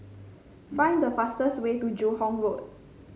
find the fastest way to Joo Hong Road